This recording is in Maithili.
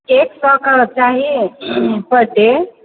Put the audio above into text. एक सओके चाही पर डे